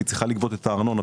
והיא צריכה לגבות את הארנונה.